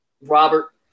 Robert